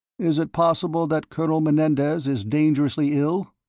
is it possible that colonel menendez is dangerously ill?